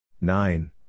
Nine